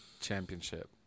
Championship